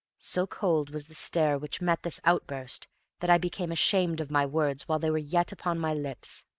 so cold was the stare which met this outburst that i became ashamed of my words while they were yet upon my lips.